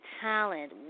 talent